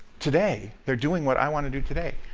today. they're doing what i want to do, today.